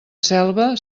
selva